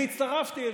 אני הצטרפתי אליו,